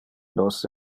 nos